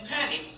Panic